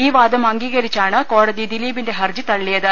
ഈ വാദം അംഗീകരി ച്ചാണ് കോടതി ദിലീപിന്റെ ഹർജി തള്ളിയത്